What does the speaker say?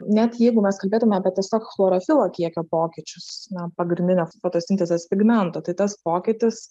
net jeigu mes kalbėtume apie tiesiog chlorofilo kiekio pokyčius nuo pagrindinio fotosintezės pigmento tai tas pokytis